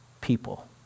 people